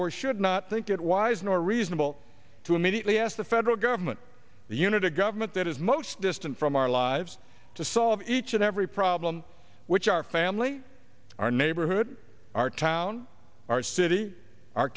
or should not think it wise nor reasonable to immediately ask the federal government the unity government that is most distant from our lives to solve each and every problem which our family our neighborhood our town our city our